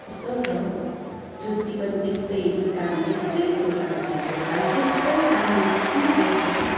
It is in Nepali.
त्यस्तो छ हौ जुत्ती पनि त्यस्तै जुत्ता पनि त्यस्तै कुर्ता पठायो कुर्ता पनि त्यस्तै काम नलाग्ने आएछ नि हौ